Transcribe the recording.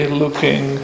looking